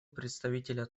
представителя